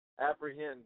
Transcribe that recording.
apprehend